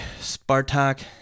Spartak